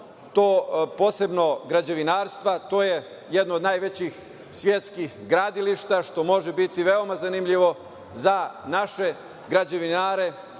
posebno građevinarstva. To je jedno od najvećih svetskih gradilišta, što može biti veoma zanimljivo za naše građevinare,